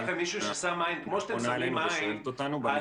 המדינה פונה אלינו ומתייעצת איתנו.